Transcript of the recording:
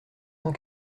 cent